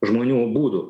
žmonių būdų